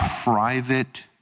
private